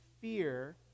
fear